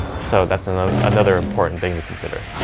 so that's another another important thing to consider.